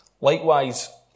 Likewise